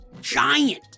giant